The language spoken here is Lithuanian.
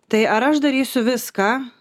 tai ar aš darysiu viską